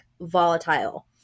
volatile